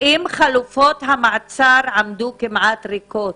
אם חלופות המעצר עמדו כמעט ריקות,